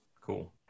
Cool